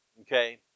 Okay